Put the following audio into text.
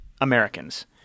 americans